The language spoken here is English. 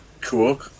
Cool